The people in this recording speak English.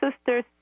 Sisters